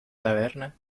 taberna